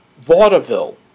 vaudeville